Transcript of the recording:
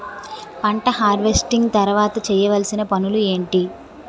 పంట హార్వెస్టింగ్ తర్వాత చేయవలసిన పనులు ఏంటి?